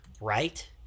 right